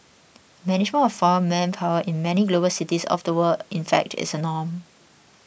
management of foreign manpower in many global cities of the world in fact is a norm